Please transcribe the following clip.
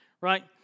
right